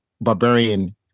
barbarian